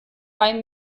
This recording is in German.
bei